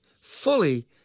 fully